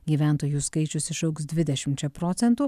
gyventojų skaičius išaugs dvidešimčia procentų